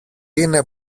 είναι